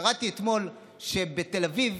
קראתי אתמול שבתל אביב